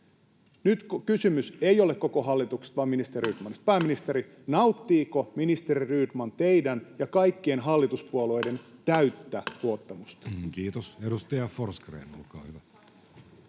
Nyt kysymys ei ole koko hallituksesta vaan ministeri Rydmanista. Pääministeri, nauttiiko ministeri Rydman teidän ja kaikkien hallituspuolueiden täyttä luottamusta? [Speech 33] Speaker: Jussi Halla-aho